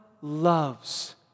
loves